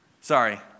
Sorry